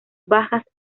bajas